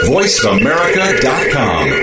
VoiceAmerica.com